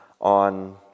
on